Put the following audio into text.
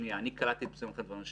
נושא הלומי הקרב הוא נושא כבד מאוד שהולך